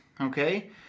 okay